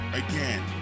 again